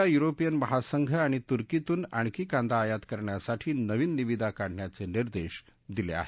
ला युरोपीय महासंघ आणि तुर्कस्थानमधून आणखी कांदा आयात करण्यासाठी नवीन निविदा काढण्याचे निर्देश दिले आहेत